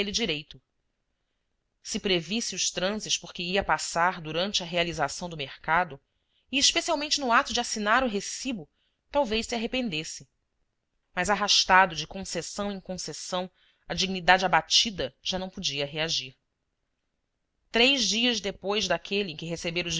direito se previsse os transes por que ia passar durante a realização do mercado e especialmente no ato de assinar o recibo talvez se arrependesse mas arrastado de concessão em concessão a dignidade abatida já não podia reagir três dias depois daquele em que recebera